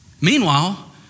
Meanwhile